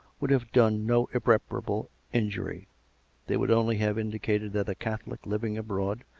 would have done no irreparable injury they would only have indicated that a catholic living abroad,